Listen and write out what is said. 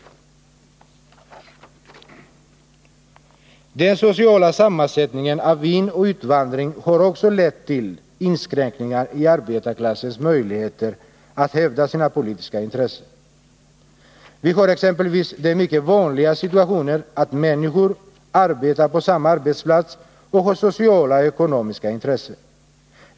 Onsdagen den Den sociala sammansättningen vid inoch utvandring har också lett till 19 november 1980 inskränkningar i arbetarklassens möjligheter att hävda sina politiska intressen. Vi har exempelvis den mycket vanliga situationen att människor Vissa grundlagsarbetar på samma arbetsplats och har gemensamma sociala och ekonomiska — frågor intressen.